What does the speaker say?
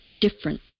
different